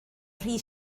rhy